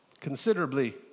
Considerably